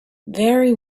very